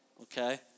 okay